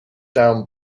down